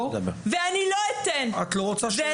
לא, את לא רוצה שתהיה דעה אחרת מה לעשות.